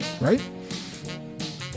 right